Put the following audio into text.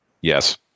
Yes